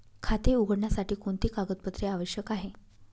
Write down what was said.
खाते उघडण्यासाठी कोणती कागदपत्रे आवश्यक आहे?